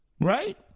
Right